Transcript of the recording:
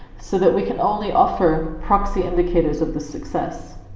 so that we can only offer proxy indicators of the success.